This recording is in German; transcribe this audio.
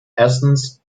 erstens